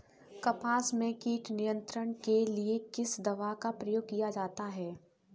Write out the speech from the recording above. कपास में कीट नियंत्रण के लिए किस दवा का प्रयोग किया जाता है?